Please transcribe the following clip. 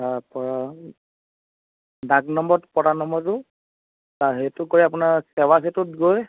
তাৰপৰা ডাগ নম্বৰত পটা নম্বৰটো তাৰ সেইটো কৰি আপোনাৰ সেৱা সেতুত গৈ